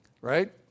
right